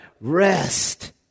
Rest